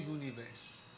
universe